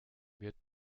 wird